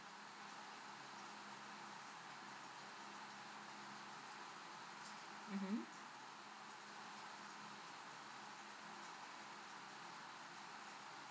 mmhmm